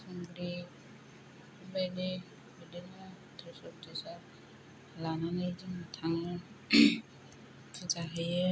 थुंग्रि बेफोरबायदि बिदिनो प्रसाद तसाद लानानै जों थाङो फुजा होयो